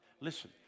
Listen